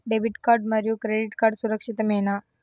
Debit card మరియు credit card సురక్షితమేనా?